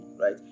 right